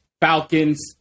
Falcons –